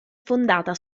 fondata